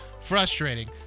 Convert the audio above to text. Frustrating